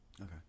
okay